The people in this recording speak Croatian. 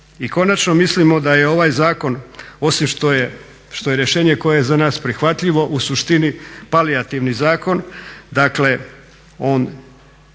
I konačno mislimo da je ovaj zakon osim što je rješenje koje je za nas prihvatljivo u suštini palijativni zakon, dakle on